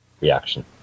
reaction